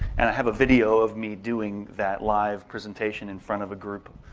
and i have a video of me doing that live presentation in front of a group,